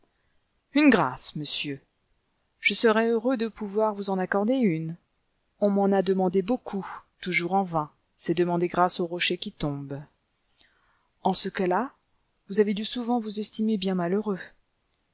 une grâce monsieur je serais heureux de pouvoir vous en accorder une on m'en a demandé beaucoup toujours en vain c'est demander grâce au rocher qui tombe en ce cas-là vous avez dû souvent vous estimer bien malheureux